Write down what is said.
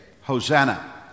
Hosanna